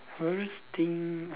worst thing